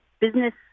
business